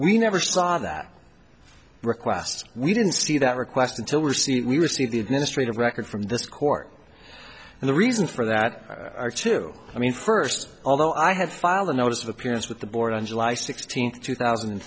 we never saw that request we didn't see that request until we're seen we will see the administrative record from this court and the reason for that are two i mean first although i had filed a notice of appearance with the board on july sixteenth two thousand and